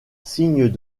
signes